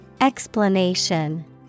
Explanation